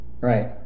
right